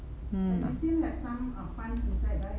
mm